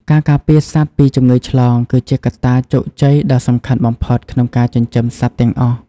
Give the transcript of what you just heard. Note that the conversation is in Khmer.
ការការពារសត្វពីជំងឺឆ្លងគឺជាកត្តាជោគជ័យដ៏សំខាន់បំផុតក្នុងការចិញ្ចឹមសត្វទាំងអស់។